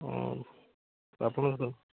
ହେଉ ଆପଣ